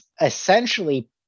essentially